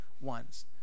ones